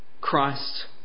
Christ